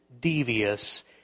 devious